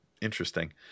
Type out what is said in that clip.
Interesting